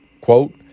Quote